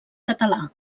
català